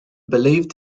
believed